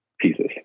pieces